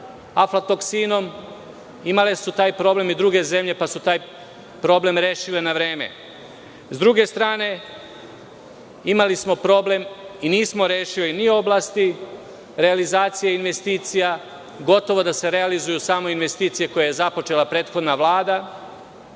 aflatoksinom. Imale su taj problem i druge zemlje, pa su taj problem rešile na vreme.S druge strane, imali smo problem i nismo rešili ni u oblasti realizacije investicija. Gotovo da se realizuju samo investicije koje je započela prethodna Vlada.